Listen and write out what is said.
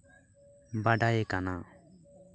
ᱵᱟᱰᱟᱭᱮ ᱠᱟᱱᱟ